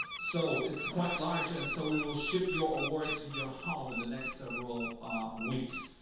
so it's quite large, and so we will ship your award to your home in the next several weeks.